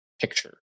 picture